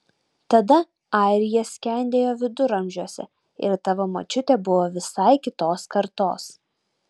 tada airija skendėjo viduramžiuose ir tavo močiutė buvo visai kitos kartos